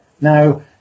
Now